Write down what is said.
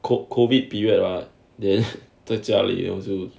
COVID COVID period ah then 在家里就